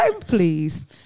Please